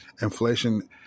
Inflation